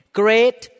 great